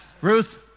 Ruth